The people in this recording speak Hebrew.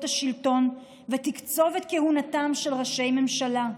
השלטון ותקצוב את כהונתם של ראשי ממשלה.